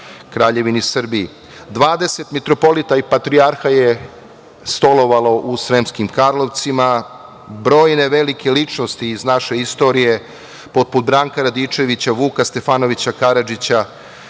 Kraljevini Srbiji. Dvadeset mitropolita i patrijarha je stolovalo u Sremskim Karlovcima. Brojne velike ličnosti iz naše istorije, poput Branka Radičevića, Vuka Stefanovića Karadžića,